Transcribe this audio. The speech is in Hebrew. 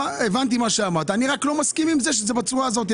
הבנתי מה שאמרת אבל אני לא מסכים עם זה שזה בצורה הזאת.